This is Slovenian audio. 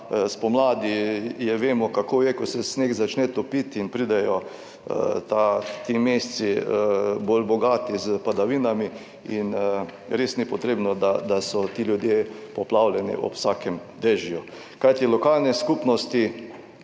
spomladi je, vemo kako je, ko se sneg začne topiti in pridejo ti meseci bolj bogati s padavinami in res ni potrebno, da so ti ljudje poplavljeni ob vsakem dežju. Kajti lokalne skupnosti